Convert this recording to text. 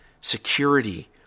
security